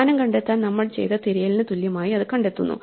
സ്ഥാനം കണ്ടെത്താൻ നമ്മൾ ചെയ്ത തിരയലിന് തുല്യമായി അത് കണ്ടെത്തുന്നു